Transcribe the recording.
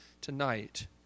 tonight